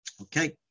Okay